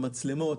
המצלמות.